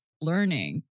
learning